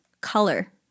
color